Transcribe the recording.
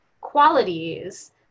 qualities